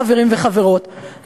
חברים וחברות,